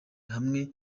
hamwe